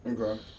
Okay